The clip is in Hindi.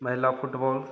महिला फुटबोल